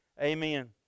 Amen